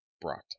brought